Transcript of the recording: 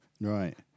Right